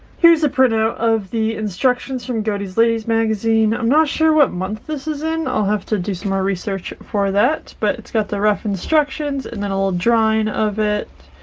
here's a printout of the instructions from goedy's ladies magazine i'm not sure what month this is in i'll have to do some more research for that but it's got the rough instructions and then a little drawing of it.